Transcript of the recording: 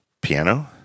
piano